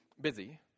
busy